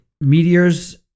Meteors